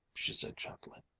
she said gently.